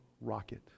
rocket